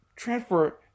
Transfer